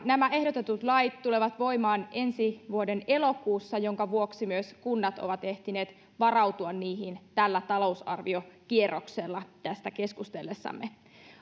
nämä ehdotetut lait tulevat voimaan ensi vuoden elokuussa minkä vuoksi myös kunnat ovat ehtineet varautua niihin tällä talousarviokierroksella tästä keskustellessamme